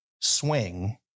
swing